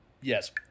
yes